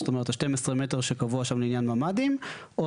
זאת אומרת ה-12 מטר שקבוע שם לעניין ממ"דים או